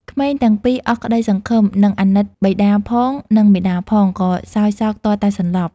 ក្មេងទាំងពីរអស់ក្តីសង្ឃឹម និងអាណិតបិតាផង និងមាតាផងក៏សោយសោកទាល់តែសន្លប់។